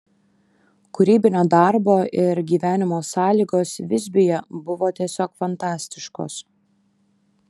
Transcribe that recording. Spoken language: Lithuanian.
kūrybinio darbo ir gyvenimo sąlygos visbiuje buvo tiesiog fantastiškos